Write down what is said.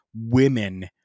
women